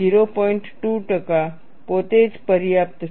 2 ટકા પોતે જ પર્યાપ્ત છે